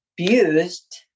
abused